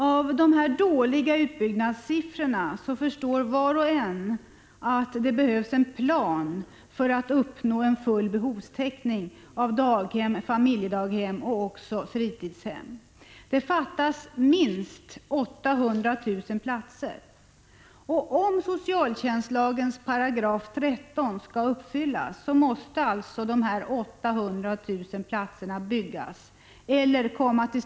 Av de här dåliga utbyggnadssiffrorna förstår var och en att det behövs en plan för att uppnå full behovstäckning när det gäller daghem, familjedaghem och fritidshem. Det fattas minst 800 000 platser. Om socialtjänstlagens 13 § skall uppfyllas, måste alltså 800 000 platser ordnas på något sätt.